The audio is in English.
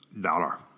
Dollar